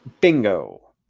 Bingo